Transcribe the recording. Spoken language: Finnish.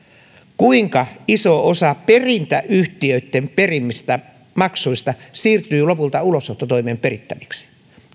kuinka iso osa perintäyhtiöitten perimistä maksuista siirtyy lopulta ulosottotoimen perittäväksi